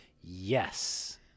Yes